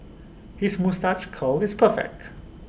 his moustache curl is perfect